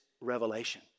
revelation